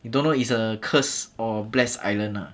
you don't know is a curse or bless island ah